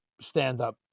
stand-up